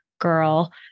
Girl